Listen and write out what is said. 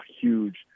huge